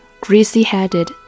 greasy-headed